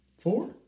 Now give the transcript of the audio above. Four